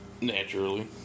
Naturally